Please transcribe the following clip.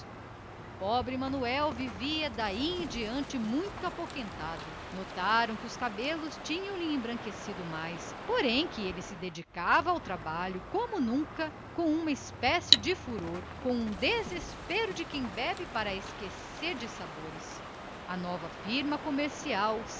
o pobre manuel vivia muito apoquentado falou-se que os seus cabelos tinham embranquecido totalmente e que ele agora se dedicava ao trabalho como nunca com uma espécie de furor um desespero de quem bebe para esquecer a sua desventura a nova firma comercial